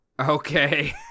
Okay